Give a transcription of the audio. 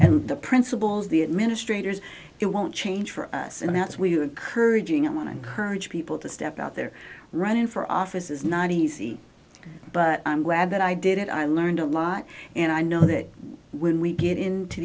and the principals the administrators it won't change for us and that's where you're encouraging i want to encourage people to step out there running for office is not easy but i'm glad that i did it i learned a lot and i know that when we get into